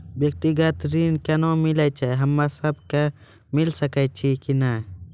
व्यक्तिगत ऋण केना मिलै छै, हम्मे सब कऽ मिल सकै छै कि नै?